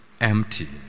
empty